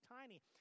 tiny